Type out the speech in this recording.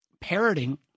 parroting